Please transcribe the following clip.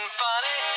funny